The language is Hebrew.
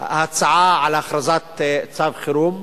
ההצעה על הכרזת צו חירום.